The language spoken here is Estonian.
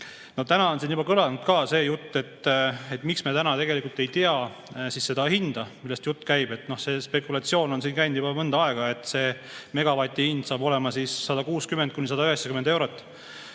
Täna on siin juba kõlanud ka see jutt, et miks me täna tegelikult ei tea seda hinda, millest jutt käib. See spekulatsioon on käinud juba mõnda aega, et megavati hind saab olema 160–190 eurot.